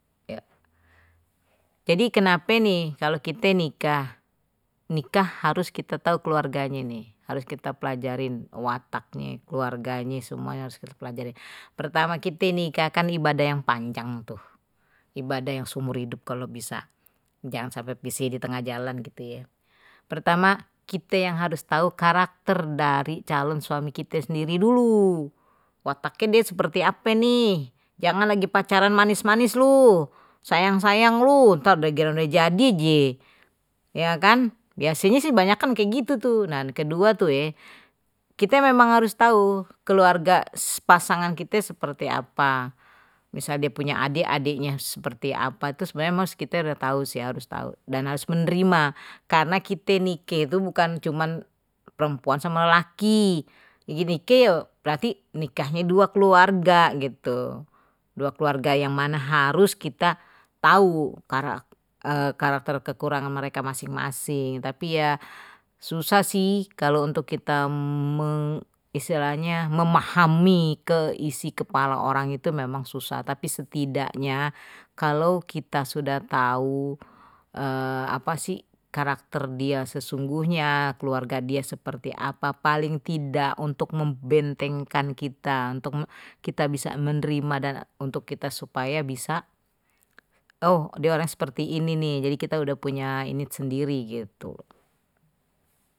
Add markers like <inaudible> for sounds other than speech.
Jadi kenape ni kalau kite nikah, nikah harus kita tahu keluarganye nih harus kita pelajarin wataknye keluarganye semuanye pelajarin, pertama kite nikah kan ibadah yang panjang tuh, ibadah yang seumur hidup kalau bisa, jangan sampe piseh di tengah jalan gitu ye, pertama kite yang harus tahu karakter dari calon suami kite sendiri dulu, otaknye die seperti ape nih jangan lagi pacaran manis-manis lu sayang-sayang lu ntar giliran udeh jadi die, ya kan biasanya sih banyakan kayak gitu tuh, nah kedua tuh ye kite memang harus tahu keluarga pasangan kite seperti apa misalnya dia punya adik adiknya seperti apa itu sebenarnya kite sudah tahu sih harus tahu dan harus menerima karena kita nike itu bukan cuman perempuan sama lelaki, kayak gini nike berarti nikahnya dua keluarga gitu dua keluarga yang mana harus kita tahu karakter <hesitation> karakter kekurangan mereka masing-masing tapi ya susah sih kalau untuk kita <hesitation> istilahnya memahami ke isi kepala orang itu memang susah tapi setidaknya kalau kita sudah tahu <hesitation> apa sih karakter dia sesungguhnya keluarga dia seperti apa paling tidak untuk membentengkan kita untuk kita bisa menerima dan untuk kita supaya bisa oh diolah seperti ini nih jadi kita udah punya ini sendiri gitu.